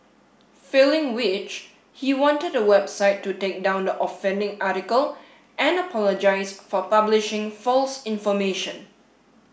failing which he wanted the website to take down the offending article and apologise for publishing false information